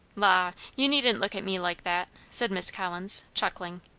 la! you needn't look at me like that, said miss collins, chuckling.